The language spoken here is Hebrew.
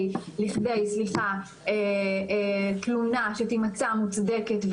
לכדי תלונה שתימצא מוצדקת,